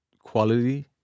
quality